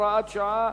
הוראת שעה)